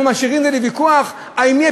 אנחנו משאירים את זה לוויכוח האם יהיה